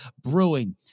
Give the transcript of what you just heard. Brewing